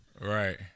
Right